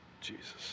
Jesus